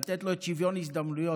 לתת לו שוויון הזדמנויות.